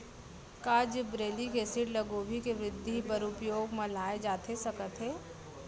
का gibberellic acid ल गोभी के वृद्धि बर उपयोग म लाये जाथे सकत हे?